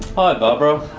hi barbara.